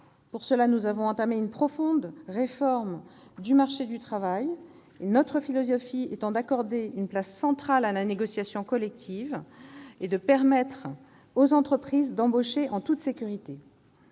Pour cela, nous avons entamé une profonde réforme du marché du travail, notre philosophie étant d'accorder une place centrale à la négociation collective et de permettre aux entreprises d'embaucher en toute sécurité.